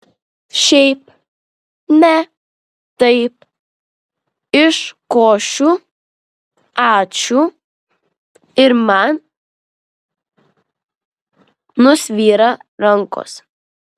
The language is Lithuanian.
šiaip ne taip iškošiu ačiū ir man nusvyra rankos